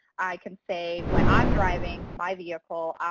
i can say when i'm driving my vehicle,